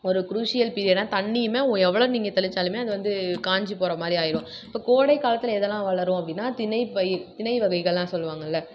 ஒரு crucial period தண்ணியுமே ஓ எவ்வளோ நீங்கள் தெளித்தாலுமே அது வந்து காய்ஞ்சிப் போகிற மாதிரி ஆகிரும் இப்போ கோடைக் காலத்தில் எதுலாம் வளரும் அப்படின்னா தினைப் பயிர் தினை வகைகள்லாம் சொல்வாங்கள்ல